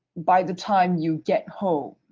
by the time you get home,